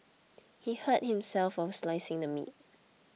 he hurt himself while slicing the meat